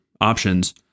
options